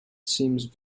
seems